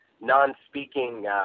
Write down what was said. non-speaking